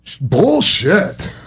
bullshit